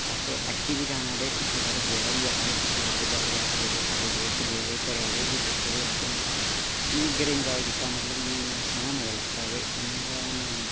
असैं ऐक्ती बी जाना ते पिछली बारी गेदा बी ऐ हा पिछली बारी जैलूं अस गेदे हे ते साढे दोस्त बी गेदे हे ते घरैआह्लै बी लेते दे हे असैं निग्गर इंजाय कीता जियां मतलव सौना मज़ा लगा ते इयां हुन